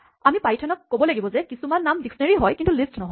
আমি পাইথনক ক'ব লাগিব যে কিছুমান নাম ডিস্কনেৰীঅভিধানহয় কিন্তু লিষ্ট নহয়